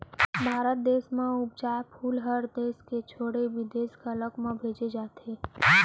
भारत देस म उपजाए फूल हर देस के छोड़े बिदेस घलौ म भेजे जाथे